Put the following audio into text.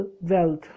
wealth